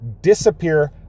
disappear